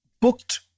booked